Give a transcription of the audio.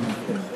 הרווחה והבריאות.